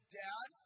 dad